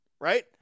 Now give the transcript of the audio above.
right